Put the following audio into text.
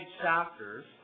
chapters